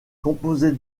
composée